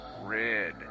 Red